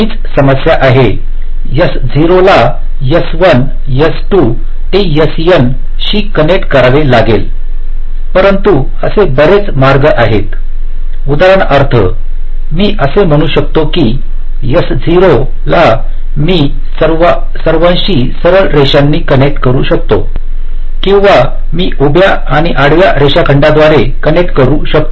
हीच समस्या आहे की S0 ला S1 S2 ते Sn शी कनेक्ट करावे लागेल परंतु असे बरेच मार्ग आहेत उदाहरणार्थमी असे म्हणू शकतो की S0ला मी सर्वाशी सरळ रेषांनी कनेक्ट करु शकतो किंवा मी उभ्या आणि आडव्या रेषाखंडांद्वारे कनेक्ट करू शकतो